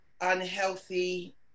unhealthy